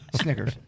Snickers